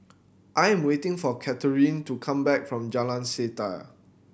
I'm waiting for Kathryn to come back from Jalan Setia